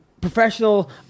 professional